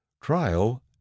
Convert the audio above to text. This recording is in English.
trial